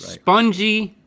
spongy,